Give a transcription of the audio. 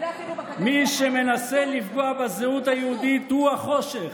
מי שמנסה לפגוע בזהות היהודית הוא החושך.